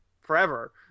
forever